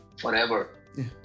forever